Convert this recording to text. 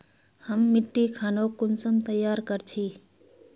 हम मिट्टी खानोक कुंसम तैयार कर छी?